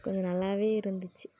கொஞ்சம் நல்லாவே இருந்துச்சு